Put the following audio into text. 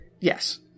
Yes